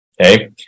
Okay